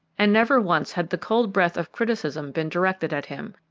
and never once had the cold breath of criticism been directed at him,